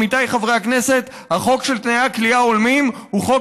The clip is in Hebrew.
עמיתיי חברי הכנסת: החוק של תנאי כליאה הולמים הוא חוק